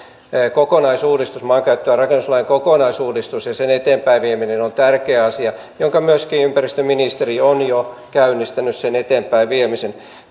maankäyttö ja rakennuslain kokonaisuudistus ja sen eteenpäinvieminen on tärkeä asia myöskin ympäristöministeri on jo käynnistänyt sen eteenpäinviemisen